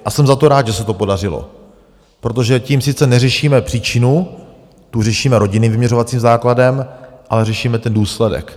A jsem za to rád, že se to podařilo, protože tím sice neřešíme příčinu, tu řešíme rodinným vyměřovacím základem, ale řešíme ten důsledek.